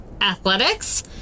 athletics